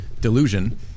delusion